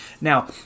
Now